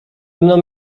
mną